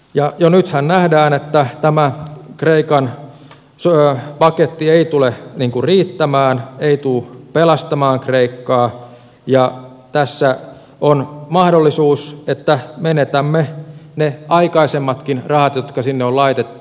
nythän jo nähdään että tämä kreikan paketti ei tule riittämään ei tule pelastamaan kreikkaa ja tässä on mahdollisuus että menetämme ne aikaisemmatkin rahat jotka sinne on laitettu